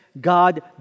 God